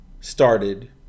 started